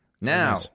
Now